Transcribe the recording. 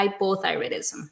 hypothyroidism